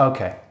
Okay